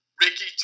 Ricky